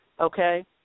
okay